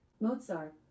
mozart